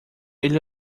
ele